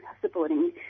supporting